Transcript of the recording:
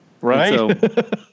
Right